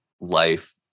life